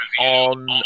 on